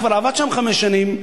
שכבר עבד שם חמש שנים,